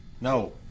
No